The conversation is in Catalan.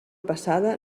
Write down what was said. passada